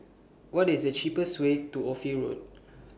What IS The cheapest Way to Ophir Road